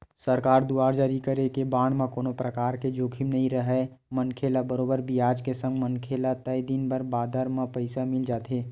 सरकार दुवार जारी करे गे बांड म कोनो परकार के जोखिम नइ राहय मनखे ल बरोबर बियाज के संग मनखे ल तय दिन बादर म पइसा मिल जाथे